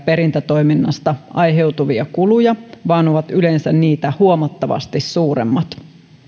perintätoiminnasta aiheutuvia kuluja vaan ovat yleensä niitä huomattavasti suuremmat